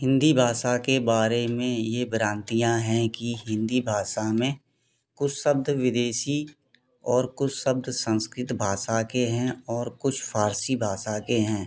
हिंदी भाषा के बारे में ये भ्रांतियाँ हैं कि हिंदी भाषा में कुछ शब्द विदेशी और कुछ शब्द संस्कृत भाषा के हैं और कुछ फ़ारसी भाषा के हैं